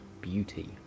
beauty